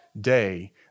day